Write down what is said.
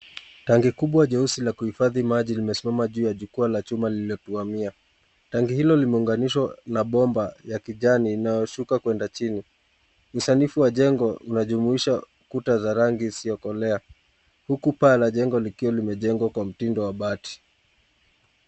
Tangi kubwa jeusi la kuifathi maji limesimama juu ya jukwaa la chuma lilekwamia. Tangi hilo limeunganishwa na bomba ya kijani inayoshuka kwenda chini. Usanifu wa jengo unajumuisha kuta za rangi isiyokolea. Huku paa la jengo likiwa limejengwa kwa mtindo wa bati.